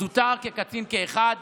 זוטר וקצין כאחד,